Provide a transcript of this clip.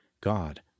God